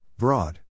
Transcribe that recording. Broad